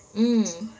mm